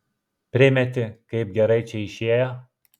primeti kaip gerai čia išėjo